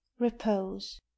repose